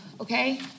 okay